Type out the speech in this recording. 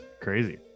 Crazy